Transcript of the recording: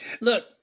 Look